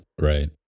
Right